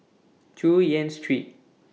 Chu Yen Street